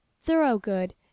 Thoroughgood